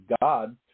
God